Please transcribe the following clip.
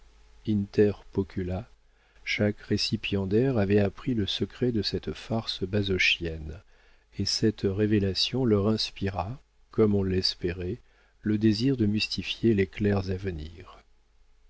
pocula chaque récipiendaire avait appris le secret de cette farce basochienne et cette révélation leur inspira comme on l'espérait le désir de mystifier les clercs à venir